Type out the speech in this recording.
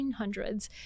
1800s